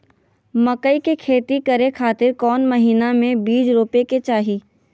मकई के खेती करें खातिर कौन महीना में बीज रोपे के चाही?